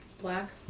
Black